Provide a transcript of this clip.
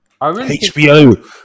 HBO